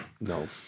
No